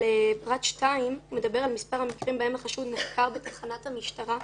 אבל פרט 2 מדבר על מספר המקרים שבהם החשוד נחקר בתחנת המשטרה,